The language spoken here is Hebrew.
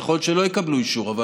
אז יכול להיות שלא יקבלו אישור.